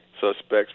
suspects